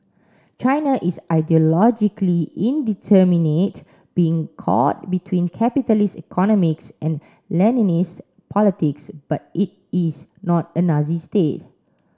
China is ideologically indeterminate being caught between capitalist economics and Leninist politics but it is not a Nazi state